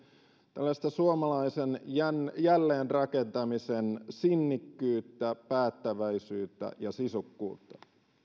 tällaista suomalaisen jälleenrakentamisen sinnikkyyttä päättäväisyyttä ja sisukkuutta